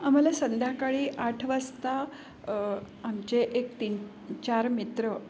आम्हाला संध्याकाळी आठ वाजता आमचे एक तीन चार मित्र